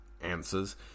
answers